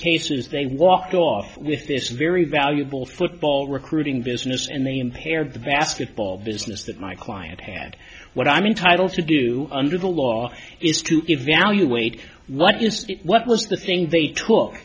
case is they walked off with this very valuable football recruiting business and they impair the basketball business that my client had what i mean title to do under the law is to give value weight what is it what was the thing they took